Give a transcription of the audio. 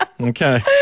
Okay